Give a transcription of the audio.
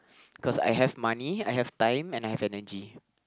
cause I have money I have time and I have energy